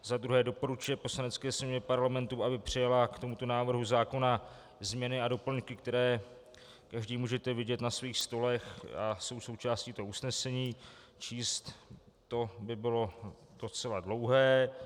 Za druhé doporučuje Poslanecké sněmovně Parlamentu, aby přijala k tomuto návrhu zákona změny a doplňky které každý můžete vidět na svých stolech a jsou součástí usnesení, číst to by bylo docela dlouhé.